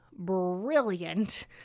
Brilliant